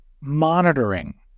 monitoring